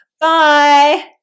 bye